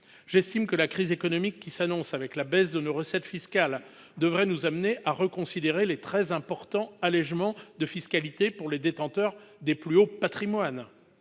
J'estime que la crise économique qui s'annonce, avec la baisse de nos recettes fiscales, devrait nous amener à reconsidérer les très importants allégements de fiscalité pour les détenteurs des plus hauts patrimoines.